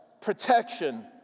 protection